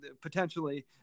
potentially